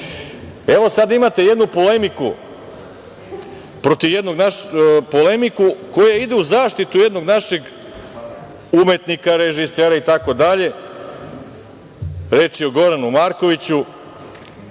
Evo, sada imate jednu polemiku koja ide u zaštitu jednog našeg umetnika, režisera, itd. Reč je o Goranu Markoviću.